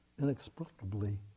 inexplicably